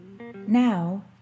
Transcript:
Now